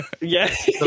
Yes